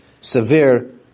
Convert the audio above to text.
severe